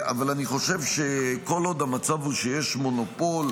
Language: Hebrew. אבל אני חושב שכל עוד המצב הוא שיש מונופול